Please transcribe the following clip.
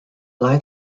light